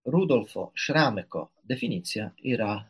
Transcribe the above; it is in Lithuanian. rudolfo šramiko definicija yra